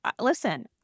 listen